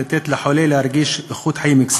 לתת לחולה להרגיש קצת איכות חיים.